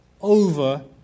over